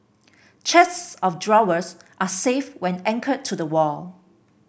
chests of drawers are safe when anchored to the wall